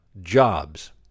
jobs